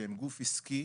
שהם גוף עסקי,